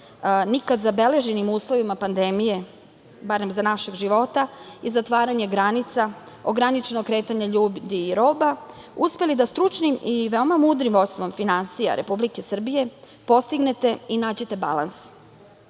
nikad zabeleženim uslovima pandemije barem za našeg života i zatvaranje granica, ograničeno kretanje ljudi i robe, uspeli da stručnim i veoma mudrim vođstvom finansija Republike Srbije postignete i nađete balans.